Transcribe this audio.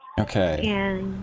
okay